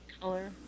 color